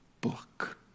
book